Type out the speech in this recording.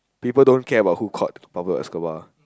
people don't care about who caught Pablo Escobar